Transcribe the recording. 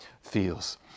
feels